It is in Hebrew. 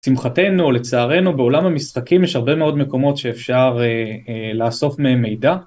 שמחתנו או לצערנו בעולם המשחקים יש הרבה מאוד מקומות שאפשר לאסוף מהם מידע.